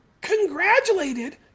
congratulated